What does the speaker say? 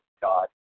God